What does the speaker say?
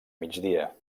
migdia